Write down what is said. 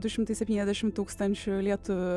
du šimtai septyniasdešimt tūkstančių lietuvių